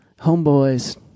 Homeboys